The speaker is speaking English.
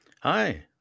Hi